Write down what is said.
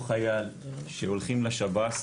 או חייל שהולכים לשב"ס,